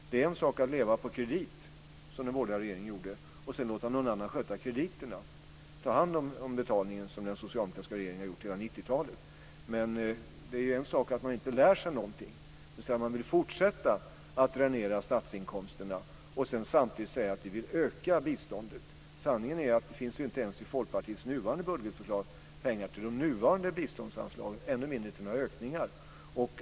Det är en sak att leva på kredit, som den borgerliga regeringen gjorde; det är en annan sak att sköta krediterna och ta hand om betalningen, som den socialdemokratiska regeringen har gjort under hela 90-talet. Man lär sig ingenting. Nu vill man fortsätta att dränera statsinkomsterna samtidigt som man säger att man vill öka biståndet. Sanningen är att det inte ens i Folkpartiets nuvarande budgetförslag finns pengar till de nuvarande biståndsanslagen, än mindre till några ökningar.